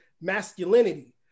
masculinity